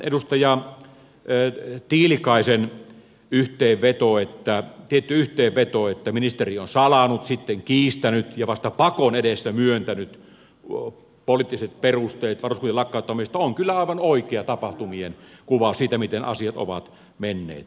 minusta edustaja tiilikaisen tietty yhteenveto että ministeri on salannut sitten kiistänyt ja vasta pakon edessä myöntänyt poliittiset perusteet varuskuntien lakkauttamisesta on kyllä aivan oikea tapahtumien kuvaus siitä miten asiat ovat menneet